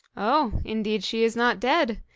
oh! indeed she is not dead.